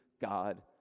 God